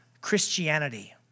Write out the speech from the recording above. Christianity